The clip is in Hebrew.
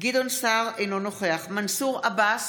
גדעון סער, אינו נוכח מנסור עבאס,